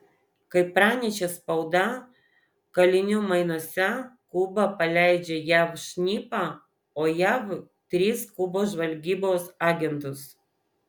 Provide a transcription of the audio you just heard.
kaip pranešė spauda kalinių mainuose kuba paleidžia jav šnipą o jav tris kubos žvalgybos agentus